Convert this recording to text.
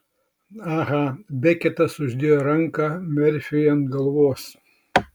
aha beketas uždėjo ranką merfiui ant galvos